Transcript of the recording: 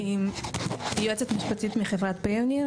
אלונה שמרדין יועצת משפטית מחברת פיוניר.